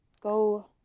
go